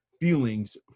Feelings